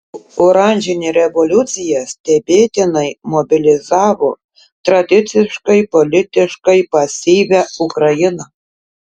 oranžinė revoliucija stebėtinai mobilizavo tradiciškai politiškai pasyvią ukrainą